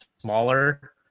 smaller